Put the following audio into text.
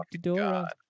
god